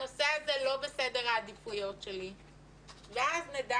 הנושא הזה לא בסדר העדיפויות שלי ואז נדע